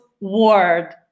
word